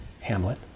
Hamlet